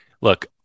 look